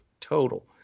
total